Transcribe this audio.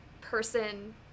person